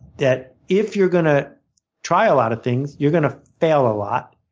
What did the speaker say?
that if you're going to try a lot of things, you're going to fail a lot.